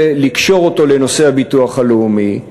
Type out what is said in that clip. ולקשור אותה לנושא הביטוח הלאומי,